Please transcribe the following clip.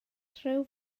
rhyw